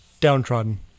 Downtrodden